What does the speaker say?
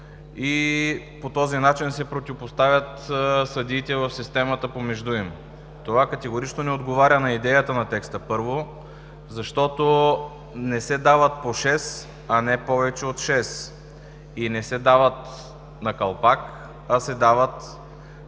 и по този начин се противопоставят съдиите в системата помежду им. Това категорично не отговаря на идеята на текста, първо, защото не се дават по шест, а не повече от шест. И не се дават на калпак, а се дават